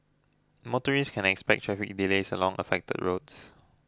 motorist can expect traffic delays along affected roads